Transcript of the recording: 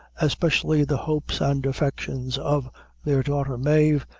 especially the hopes and affections of their daughter mave,